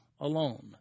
alone